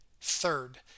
Third